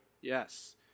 yes